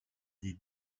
des